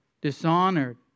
dishonored